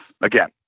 again